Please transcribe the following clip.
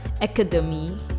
academy